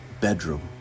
bedroom